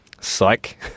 Psych